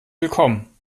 willkommen